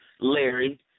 Larry